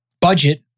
Budget